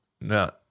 no